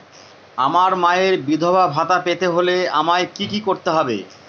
আমার মায়ের বিধবা ভাতা পেতে হলে আমায় কি কি করতে হবে?